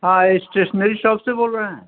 ہاں stationery shop سے بول رہے ہیں